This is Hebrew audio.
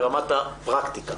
ברמת הפרקטיקה,